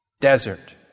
desert